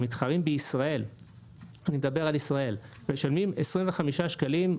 המתחרים בישראל משלמים 25 שקלים.